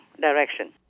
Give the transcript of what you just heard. direction